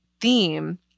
theme